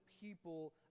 people